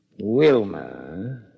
Wilma